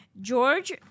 George